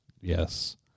Yes